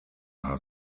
how